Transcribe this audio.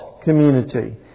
community